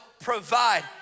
provide